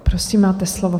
Prosím, máte slovo.